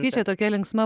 tyčia tokia linksma